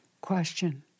Question